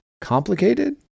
Complicated